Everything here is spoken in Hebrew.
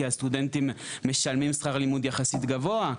כי הסטודנטים משלמים שכר לימוד יחסית גבוה,